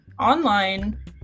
online